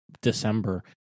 December